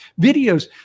videos